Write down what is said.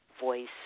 voice